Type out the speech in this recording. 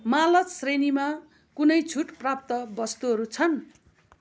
मालस श्रेणीमा कुनै छुट प्राप्त वस्तुहरू छन्